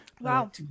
Wow